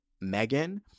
Megan